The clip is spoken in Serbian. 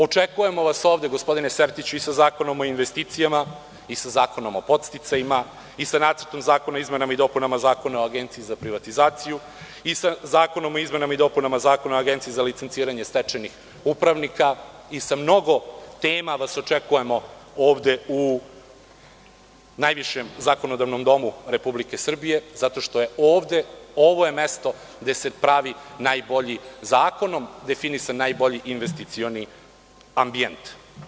Očekujemo vas ovde, gospodine Sertiću, i sa zakonom o investicijama i sa zakonom o podsticajima i sa nacrtom zakona o izmenama i dopunama Zakona o Agenciji za privatizaciju i sa zakonom o izmenama i dopunama Zakona o Agenciji za licenciranje stečajnih upravnika i sa mnogo tema vas očekujemo ovde u najvišem zakonodavnom domu Republike Srbije, zato što je ovo mesto gde se pravi zakonom definisani najbolji investicioni ambijent.